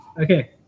Okay